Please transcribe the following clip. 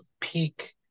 peak